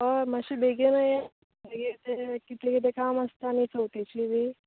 हय मात्शे बेगीन येयात कितें कितें काम आसता नी चवथीचें बी